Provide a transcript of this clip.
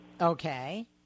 okay